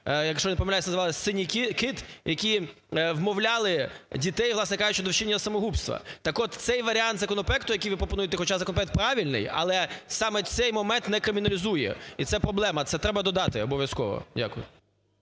якщо не помиляюся, називалася "Синій кит", які вмовляли дітей, власне кажучи, до вчинення самогубства. Так от цей варіант законопроекту, який ви пропонуєте, хоча законопроект правильний, але саме цей момент не криміналізує і це проблема – це треба додати, обов'язково. Дякую.